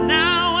now